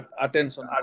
attention